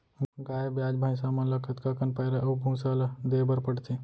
गाय ब्याज भैसा मन ल कतका कन पैरा अऊ भूसा ल देये बर पढ़थे?